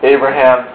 Abraham